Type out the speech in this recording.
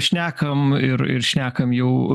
šnekam ir ir šnekam jau